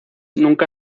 nunca